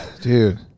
Dude